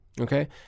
Okay